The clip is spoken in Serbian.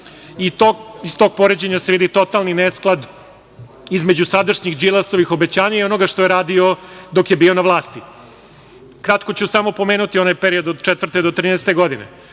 Iz tog poređenja se vidi totalni nesklad između sadašnjih Đilasovih obećanja i onoga što je radio dok je bio na vlasti. Kratko ću samo pomenuti onaj period od 2004. do 2013. godine.